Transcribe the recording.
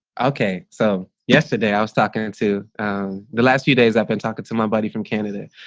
okay, so yesterday i was talking to the last few days, i've been talking to my buddy from canada,